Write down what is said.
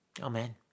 amen